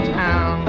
town